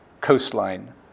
coastline